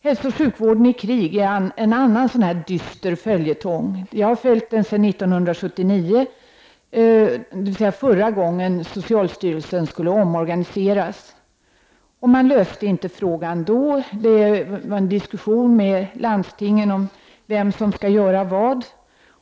Hälsooch sjukvården i krig är en annan dyster följetong, som jag har följt sedan 1979, dvs. förra gången socialstyrelsen skulle omorganiseras. Frågan fick inte då någon lösning, men det fördes en diskussion med landstingen om vem som skall göra vad.